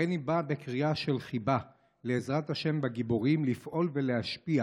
הריני בא בקריאה של חיבה לעזרת השם בגיבורים לפעול ולהשפיע